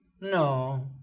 no